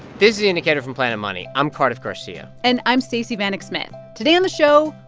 this is the indicator from planet money. i'm cardiff garcia and i'm stacey vanek smith. today on the show,